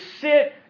sit